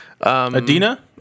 Adina